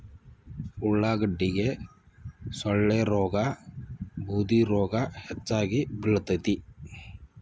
ಉಳಾಗಡ್ಡಿಗೆ ಸೊಳ್ಳಿರೋಗಾ ಬೂದಿರೋಗಾ ಹೆಚ್ಚಾಗಿ ಬಿಳತೈತಿ